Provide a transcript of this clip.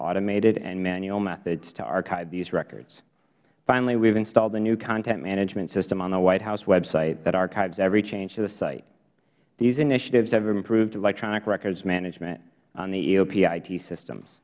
automated and manual methods to archive these records finally we have installed a new content management system on the white house website that archives every change to the site these initiatives have improved electronic records management on the eop it systems